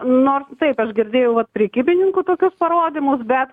nors taip aš girdėjau vat prekybininkų tokius parodymus bet